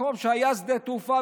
מקום שהיה שדה תעופה,